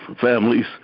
families